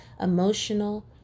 emotional